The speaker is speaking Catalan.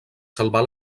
salvar